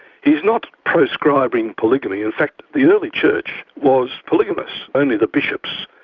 he's not proscribing polygamy in fact the early church was polygamous. only the bishops,